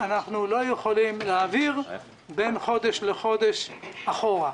אנחנו לא יכולים להעביר בין חודש לחודש אחורה.